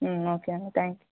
okay అండి thank you